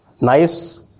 nice